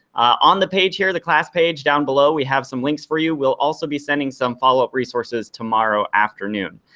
on the page here, the class page down below, we have some links for you, we'll also be sending some follow-up resources tomorrow afternoon.